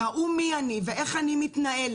ראו מי אני ואיך אני מתנהלת,